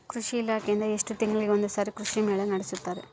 ಕೃಷಿ ಇಲಾಖೆಯಿಂದ ಎಷ್ಟು ತಿಂಗಳಿಗೆ ಒಂದುಸಾರಿ ಕೃಷಿ ಮೇಳ ನಡೆಸುತ್ತಾರೆ?